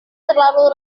terlalu